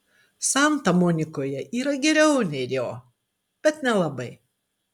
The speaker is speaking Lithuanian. santa monikoje yra geriau nei rio bet nelabai